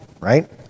right